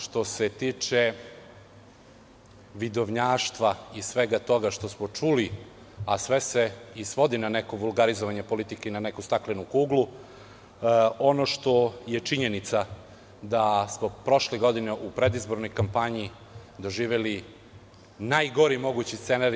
Što se tiče vidovnjaštva i svega toga što smo čuli, a sve se svodi na neko vulgarizovnje politike i na neku staklenu kuglu, ono što je činjenica je da smo prošle godine u predizbornoj kampanji doživeli najgori mogući scenario.